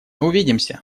увидимся